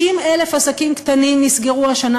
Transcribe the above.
60,000 עסקים קטנים נסגרו השנה,